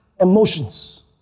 emotions